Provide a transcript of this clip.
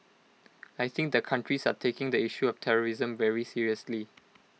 I think the countries are taking the issue of terrorism very seriously